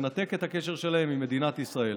מנתק את הקשר שלהם ממדינת ישראל.